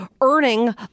earning